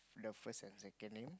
love first and second name